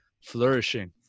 flourishing